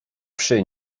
przy